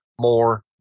more